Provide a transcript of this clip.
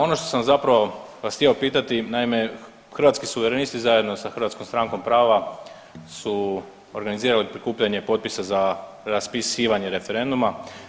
Ono što sam zapravo vas htio pitati, naime Hrvatski suverenisti zajedno sa Hrvatskom strankom prava su organizirali prikupljanje potpisa za raspisivanje referenduma.